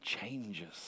changes